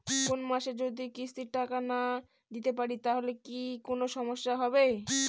কোনমাসে যদি কিস্তির টাকা না দিতে পারি তাহলে কি কোন সমস্যা হবে?